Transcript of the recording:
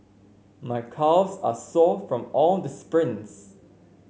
my calves are sore from all the sprints